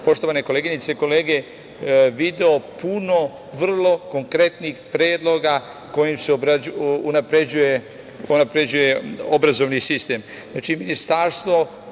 poštovane koleginice i kolege, video puno vrlo konkretnih predloga kojima se unapređuje obrazovni sistem. Znači,